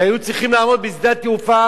שהיו צריכים לעמוד בשדה התעופה